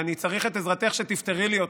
ואני צריך את עזרתך, שתפתרי לי אותה,